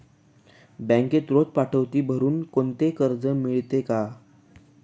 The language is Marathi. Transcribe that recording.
बँकेत रोज पावती भरुन कोणते कर्ज मिळते का?